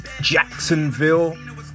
Jacksonville